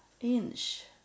inch